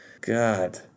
God